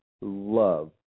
love